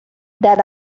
that